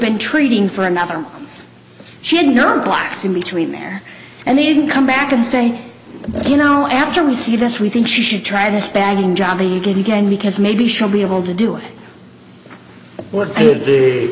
been treating for another she had nerve blocks in between there and they didn't come back and say you know after we see this we think she should try this bagging job you get again because maybe she'll be able to do it what the